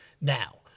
Now